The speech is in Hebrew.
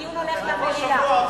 זה התקנון,